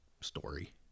story